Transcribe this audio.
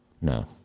No